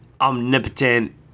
omnipotent